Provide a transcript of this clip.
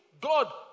God